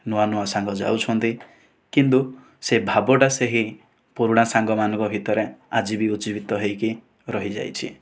ନୂଆ ନୂଆ ସାଙ୍ଗ ଯାଉଛନ୍ତି କିନ୍ତୁ ସେ ଭାବଟା ସେହି ପୁରୁଣା ସାଙ୍ଗମାନଙ୍କ ଭିତରେ ଆଜି ବି ଉଜ୍ଜୀବିତ ହୋଇକି ରହିଯାଇଛି